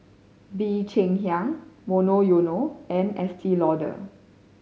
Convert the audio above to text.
Bee Cheng Hiang Monoyono and Estee Lauder